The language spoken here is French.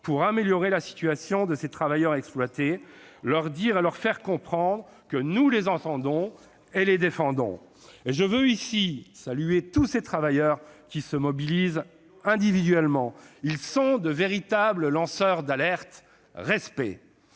pour améliorer la situation de ces travailleurs exploités, pour leur dire et leur faire comprendre que nous les entendons et que nous les défendons. Je veux saluer ici tous ces travailleurs qui se mobilisent individuellement : ce sont de véritables lanceurs d'alerte, respect !